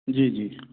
जी जी